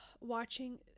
watching